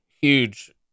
huge